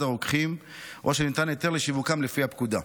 הרוקחים או שניתן היתר לשיווקם לפי הפקודה.